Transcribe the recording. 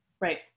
Right